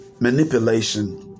manipulation